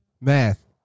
math